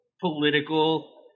Political